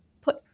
put